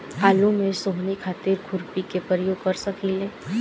आलू में सोहनी खातिर खुरपी के प्रयोग कर सकीले?